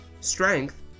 strength